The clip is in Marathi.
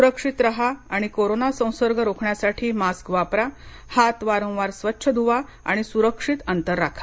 स्रक्षित राहा आणि कोरोना संसर्ग रोखण्यासाठी मास्क वापरा हात वारंवार स्वच्छ ध्वा आणि सुरक्षित अंतर राखा